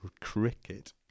cricket